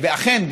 אכן,